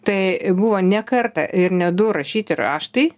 tai buvo ne kartą ir ne du rašyti raštai